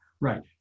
Right